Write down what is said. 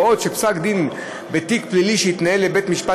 בעוד שפסק-דין בתיק פלילי שהתנהל בבית-משפט